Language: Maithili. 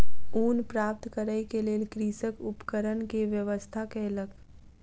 ऊन प्राप्त करै के लेल कृषक उपकरण के व्यवस्था कयलक